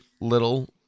little